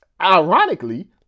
ironically